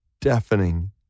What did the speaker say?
deafening